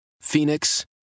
Phoenix